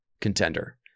contender